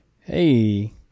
Hey